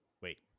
wait